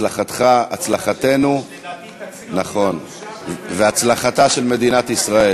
הצלחתך, הצלחתנו והצלחתה של מדינת ישראל.